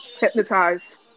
Hypnotize